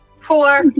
Four